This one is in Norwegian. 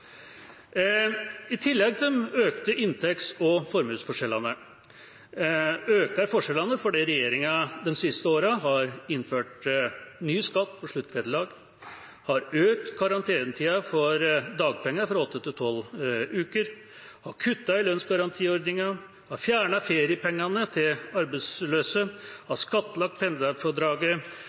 I tillegg til de økte inntekts- og formuesforskjellene øker forskjellene fordi regjeringa de siste årene har innført ny skatt på sluttvederlag, har økt karantenetida for dagpenger fra åtte til tolv uker, har kuttet i lønnsgarantiordningen, har fjernet feriepengene til arbeidsløse, har skattlagt